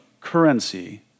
currency